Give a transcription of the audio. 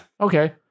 Okay